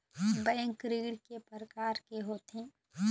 Bank ऋण के प्रकार के होथे?